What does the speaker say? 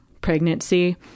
pregnancy